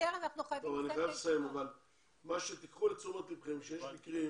קחו בחשבון שיש מקרים